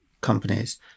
companies